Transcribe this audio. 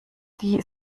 die